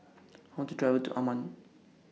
I want to travel to Amman